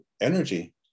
energy